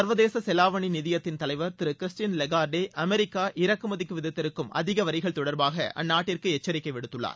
சர்வதேச செலாவணி நிதியததின் தலைவர் திரு கிறிஸ்டீன் லெகார்டே அமெரிக்கா இறக்குமதிக்கு விதித்திருக்கும் அதிக வரிகள் தொடர்பாக அந்நாட்டிற்கு எச்சரிக்கை விடுத்துள்ளார்